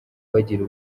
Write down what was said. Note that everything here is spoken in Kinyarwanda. bagira